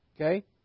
okay